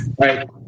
right